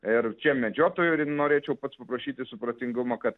ir čia medžiotojų ir norėčiau pats paprašyti supratingumo kad